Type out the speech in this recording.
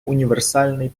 універсальний